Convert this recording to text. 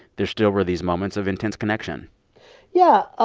there still were these moments of intense connection yeah. ah